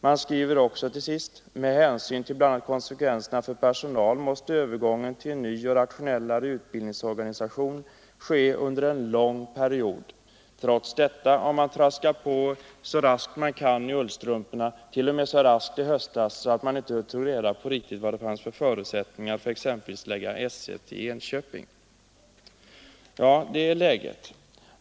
Utredningen säger vidare att med hänsyn till bl.a. konsekvenserna för personal måste övergången till en ny och rationell utbildningsorganisation ske under en lång period. Trots detta har man traskat på så raskt man kan i ullstrumporna, t.o.m. så raskt i höstas att man inte riktigt tog reda på vilka förutsättningar som fanns att lägga § 1 i Enköping. Ja, det är läget.